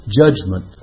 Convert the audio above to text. judgment